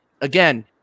again